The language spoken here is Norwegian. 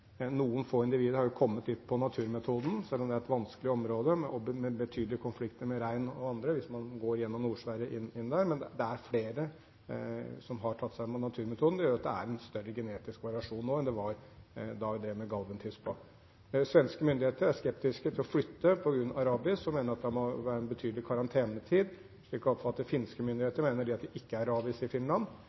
Noen få individer har kommet hit etter naturmetoden, selv om det er et vanskelig område og med betydelige konflikter med rein og andre hvis man går gjennom Nord-Sverige og inn, men det er flere som har tatt seg inn ved naturmetoden. Det betyr at det er en mye større genetisk variasjon nå enn det var da vi drev med Galventispa. Svenske myndigheter er skeptiske til å flytte ulven på grunn av rabies og mener det da bør være en betydelig karantenetid. Slik jeg oppfatter finske myndigheter, mener de at det ikke er rabies i Finland.